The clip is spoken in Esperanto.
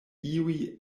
iuj